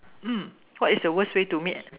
mm what is the worst way to meet